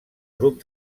grup